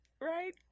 Right